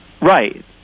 Right